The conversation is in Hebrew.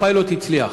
הפיילוט הצליח.